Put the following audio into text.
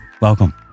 Welcome